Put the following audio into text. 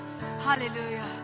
Hallelujah